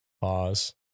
pause